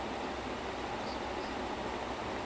the first version of Aditya Varma varmaa